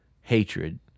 hatred